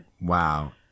wow